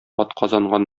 атказанган